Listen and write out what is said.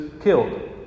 killed